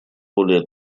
более